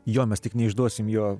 juo mes tik neišduosime jo